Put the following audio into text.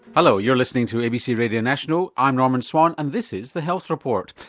hello, you're listening to abc radio national, i'm norman swan and this is the health report.